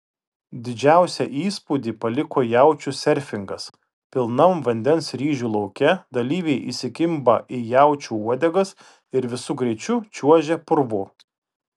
didžiausią įspūdį paliko jaučių serfingas pilnam vandens ryžių lauke dalyviai įsikimba į jaučių uodegas ir visu greičiu čiuožia purvu